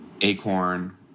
Acorn